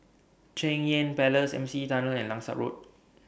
Cheng Yan Palace M C E Tunnel and Langsat Road